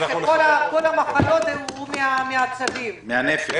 הישיבה ננעלה בשעה 13:50.